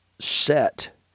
set